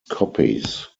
copies